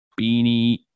Beanie